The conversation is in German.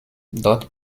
dort